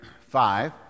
five